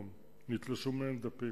נתלשו מהם דפים.